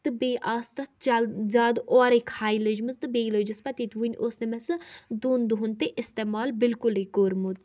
تہٕ بیٚیہِ آسہٕ تَتھ چل زیادٕ اورٕے خے لٔجمٕژ تہٕ بیٚیہِ لٔجِس پَتہٕ ییتہِ وُنہِ اوس نہٕ مےٚ سُہ دۄن دۄہَن تہِ اِستعمال بالکُلٕے کورمُت